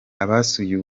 abasuye